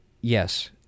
Yes